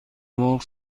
مرغ